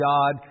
God